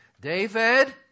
David